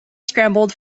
scrambled